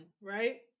right